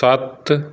ਸੱਤ